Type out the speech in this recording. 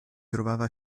trovava